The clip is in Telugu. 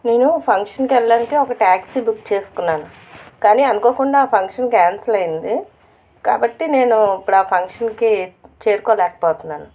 నేను ఫంక్షన్కి వెళ్ళడానికి ఒక టాక్సీ బుక్ చేసుకున్నాను కానీ అనుకోకుండా ఆ ఫంక్షన్ క్యాన్సిల్ అయింది కాబట్టి నేను ఇప్పుడు ఆ ఫంక్షన్కి చేరుకోలేకపోతున్నాను